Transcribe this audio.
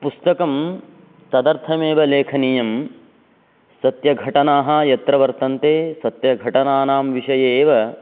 पुस्तकं तदर्थमेव लेखनीयं सत्यघटनाः यत्र वर्तन्ते सत्यघटनानां विषये एव